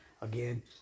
again